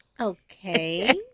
Okay